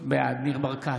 בעד ניר ברקת,